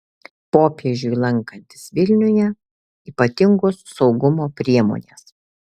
popiežiui lankantis vilniuje ypatingos saugumo priemonės